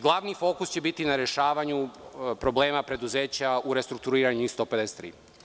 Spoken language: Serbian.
Glavni fokus će biti na rešavanju problema preduzeća u restrukturiranju, njih 153.